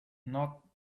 not